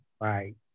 Right